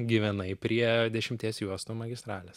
gyvenai prie dešimties juostų magistralės